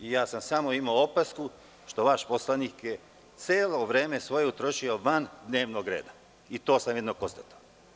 Ja sam samo imao opasku što vaš poslanik je celo vreme svoje utrošio van dnevnog reda i to sam jedino konstatovao.